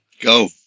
Go